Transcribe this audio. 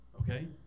Okay